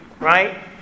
right